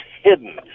hidden